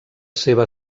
seva